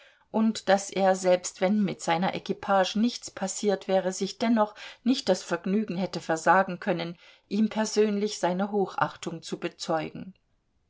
und daß er selbst wenn mit seiner equipage nichts passiert wäre sich dennoch nicht das vergnügen hätte versagen können ihm persönlich seine hochachtung zu bezeugen